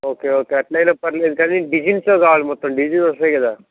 okay okay అట్లయిన పర్లేదు కానీ డిజైన్స్లో కావాలి మొత్తం డిజైన్ వస్తుంది కదా